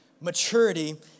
maturity